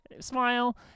Smile